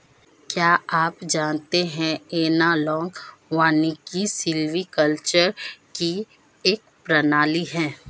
क्या आप जानते है एनालॉग वानिकी सिल्वीकल्चर की एक प्रणाली है